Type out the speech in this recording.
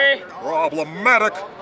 Problematic